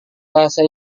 bahasa